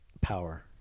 power